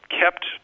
kept